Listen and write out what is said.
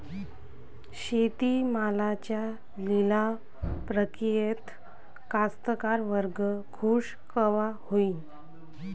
शेती मालाच्या लिलाव प्रक्रियेत कास्तकार वर्ग खूष कवा होईन?